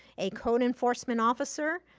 a code enforcement officer,